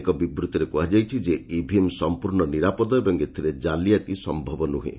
ଏକ ବିବୂଭିରେ କୁହାଯାଇଛି ଯେ ଇଭିଏମ୍ ସଫ୍ପୂର୍ଣ୍ଣ ନିରାପଦ ଏବଂ ଏଥିରେ ଜାଲିଆତି ସମ୍ଭବ ନୁହେଁ